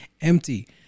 empty